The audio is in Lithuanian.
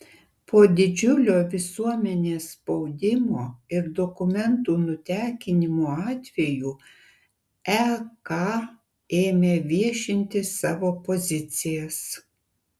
po didžiulio visuomenės spaudimo ir dokumentų nutekinimo atvejų ek ėmė viešinti savo pozicijas